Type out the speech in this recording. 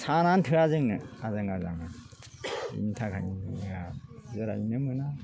सानानो थोआ जोंनो आजां गाजांनो बेनि थाखायनो जिरायनो नो मोना